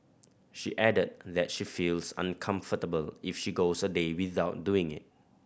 she added that she feels uncomfortable if she goes a day without doing it